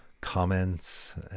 comments